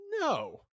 no